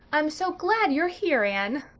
i'm so glad you're here, anne,